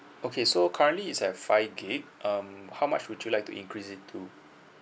okay so currently is at five gig um how much would you like to increase it to